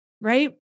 right